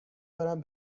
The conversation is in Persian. دارم